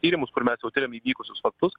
tyrimus kur mes jau tiriam įvykusius faktus